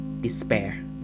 Despair